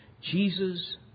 Jesus